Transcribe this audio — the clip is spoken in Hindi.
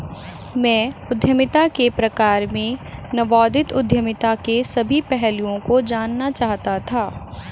मैं उद्यमिता के प्रकार में नवोदित उद्यमिता के सभी पहलुओं को जानना चाहता था